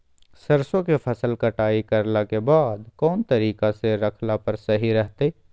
सरसों के फसल कटाई करला के बाद कौन तरीका से रखला पर सही रहतय?